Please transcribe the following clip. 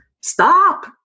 stop